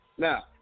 Now